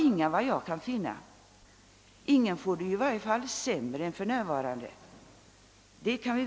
Vi kan dock vara överens om att ingen får det i varje fall sämre än för närvarande.